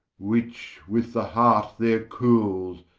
which with the heart there cooles,